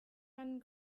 man